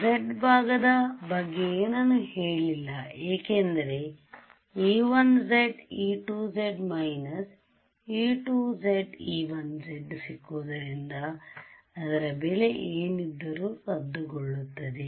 z ಭಾಗದ ದ ಬಗ್ಗೆ ಏನನ್ನೂ ಹೇಳಿಲ್ಲ ಏಕೆಂದರೆ e1z e2z − e2z e1z ಸಿಕ್ಕಿರುವುದರಿಂದ ಅದರ ಬೆಲೆ ಏನಿದ್ದರೂ ರದ್ದುಗೊಳ್ಳುತ್ತದೆ